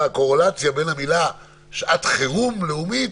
קורלציה בין המילה "שעת חירום לאומית",